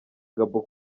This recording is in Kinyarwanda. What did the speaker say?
gabon